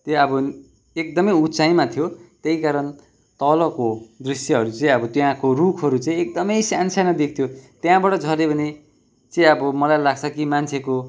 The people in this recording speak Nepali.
त्यही अब एकदमै उचाइमा थियो त्यही कारण तलको दृश्यहरू चाहिँ अब त्यहाँको रुखहरू चाहिँ एकदमै सानो सानो देख्थ्यो त्यहाँबाट झऱ्यो भने चाहिँ अब मलाई लाग्छ कि मान्छेको